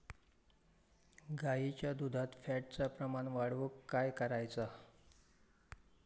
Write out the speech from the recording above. गाईच्या दुधात फॅटचा प्रमाण वाढवुक काय करायचा?